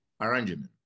arrangement